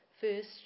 First